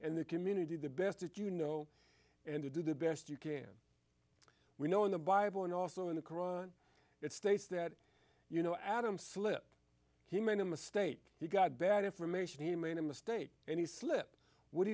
and the community the best you know and to do the best you can we know in the bible and also in the koran it states that you know adam slip he made a mistake he got bad information he made a mistake and he slipped what do